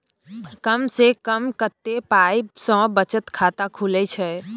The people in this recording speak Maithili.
कम से कम कत्ते पाई सं बचत खाता खुले छै?